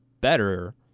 better